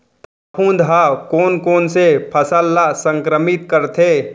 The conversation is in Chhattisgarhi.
फफूंद ह कोन कोन से फसल ल संक्रमित करथे?